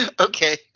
Okay